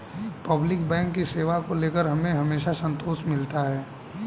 public bank की सेवा को लेकर हमें हमेशा संतोष मिलता है